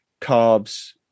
carbs